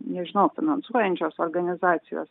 nežinau finansuojančios organizacijos